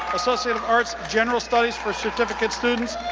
associate of arts, general studies for certificate students,